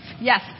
Yes